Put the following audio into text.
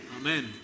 Amen